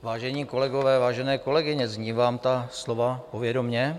Vážení kolegové, vážené kolegyně, zní vám ta slova povědomě?